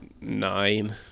nine